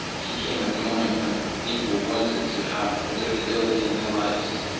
he came at the moment when people wanted to have predictability in their lives.